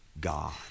God